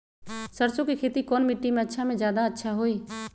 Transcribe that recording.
सरसो के खेती कौन मिट्टी मे अच्छा मे जादा अच्छा होइ?